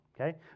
Okay